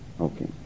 Okay